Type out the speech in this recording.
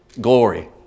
Glory